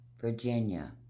Virginia